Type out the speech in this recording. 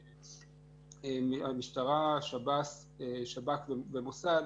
המשטרה, שב"ס, שב"כ והמוסד,